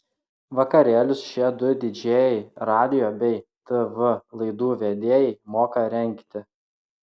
vakarėlius šie du didžėjai radijo bei tv laidų vedėjai moka rengti